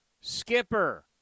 Skipper